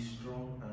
strong